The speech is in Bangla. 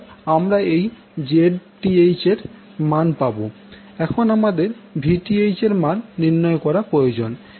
এখন আমাদের Vth এর মান নির্ণয় করা প্রয়োজন